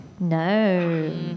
No